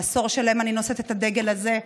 עשור שלם אני נושאת את הדגל הזה.